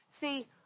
See